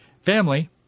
Family